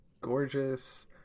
gorgeous